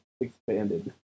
expanded